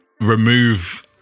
remove